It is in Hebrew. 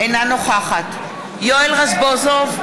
אינה נוכחת יואל רזבוזוב,